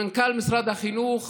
מנכ"ל משרד החינוך